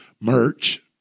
merch